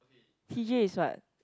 p_j is what